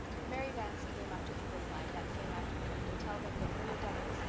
mary vance came up to ingleside that same afternoon to tell them that miller douglas,